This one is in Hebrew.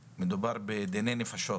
אני אומר לך גבירתי היושבת-ראש,